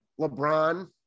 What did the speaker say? LeBron